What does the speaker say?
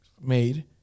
made